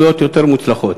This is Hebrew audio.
התבטאויות יותר מוצלחות.